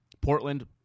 Portland